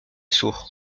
sur